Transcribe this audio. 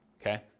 okay